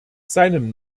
seinem